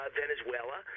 venezuela